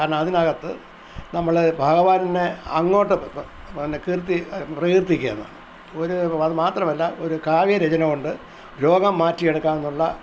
കാരണം അതിനകത്ത് നമ്മൾ ഭഗവാനെ അങ്ങോട്ട് പ് പ് പിന്നെ കീർത്തി പ്രകീർത്തിക്കുകയാണ് ന്ന് ഒരു അത് മാത്രമല്ല ഒരു കാവ്യരചന കൊണ്ട് രോഗം മാറ്റിയെടുക്കാനുള്ള